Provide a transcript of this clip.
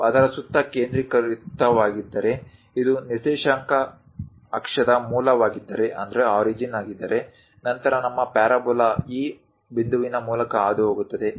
ನಾವು ಅದರ ಸುತ್ತ ಕೇಂದ್ರೀಕೃತವಾಗಿದ್ದರೆ ಇದು ನಿರ್ದೇಶಾಂಕ ಅಕ್ಷದ ಮೂಲವಾಗಿದ್ದರೆ ನಂತರ ನಮ್ಮ ಪ್ಯಾರಾಬೋಲಾ ಈ ಬಿಂದುವಿನ ಮೂಲಕ ಹಾದುಹೋಗುತ್ತದೆ